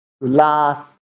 last